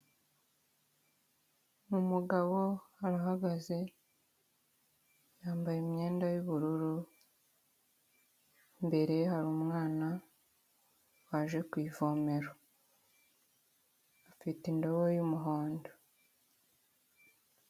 Umugabo arahagaze yambaye imyenda y'ubururu, imbere ye hari umwana waje ku ivomero, afite indobo y'umuhondo.